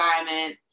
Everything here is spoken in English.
environment